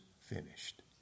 finished